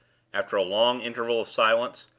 after a long interval of silence.